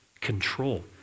control